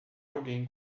alguém